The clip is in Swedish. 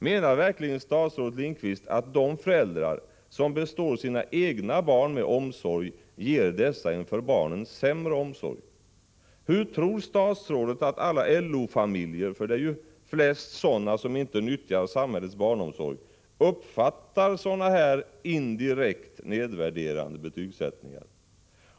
Menar verkligen statsrådet Lindqvist att de föräldrar som består sina egna barn omsorg ger dessa en för barnen sämre omsorg? Hur tror statsrådet att alla LO-familjer — för det är ju flest sådana som inte nyttjar samhällets barnomsorg — uppfattar sådana här indirekt nedvärderande betygsättningar?